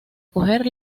coger